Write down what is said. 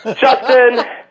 Justin